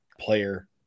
player